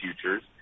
futures